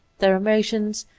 their emotions,